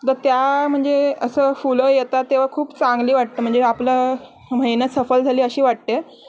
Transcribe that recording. तर त्या म्हणजे असं फुलं येतात तेव्हा खूप चांगली वाटतं म्हणजे आपलं मेहनत सफल झाली अशी वाटते